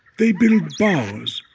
they build bowers,